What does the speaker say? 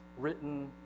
written